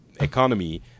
economy